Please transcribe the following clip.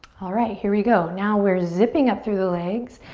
alright, here we go. now we're zipping up through the legs.